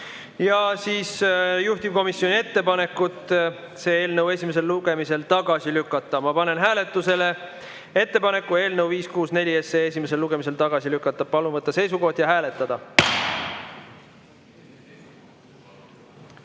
ja juhtivkomisjoni ettepanekut see eelnõu esimesel lugemisel tagasi lükata. Ma panen hääletusele ettepaneku eelnõu 564 esimesel lugemisel tagasi lükata. Palun võtta seisukoht ja hääletada!